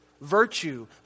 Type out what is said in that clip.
Virtue